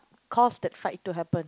caused that fight to happen